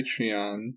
Patreon